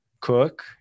cook